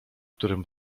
którym